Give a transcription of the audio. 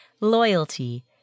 loyalty